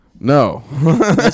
No